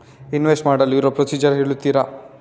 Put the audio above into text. Investment ಮಾಡಲು ಇರುವ procedure ಹೇಳ್ತೀರಾ?